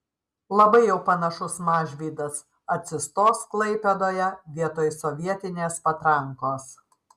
labai jau panašus mažvydas atsistos klaipėdoje vietoj sovietinės patrankos